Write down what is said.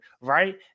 right